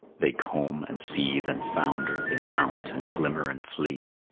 they comb and seethe and founder, they mount and glimmer and flee,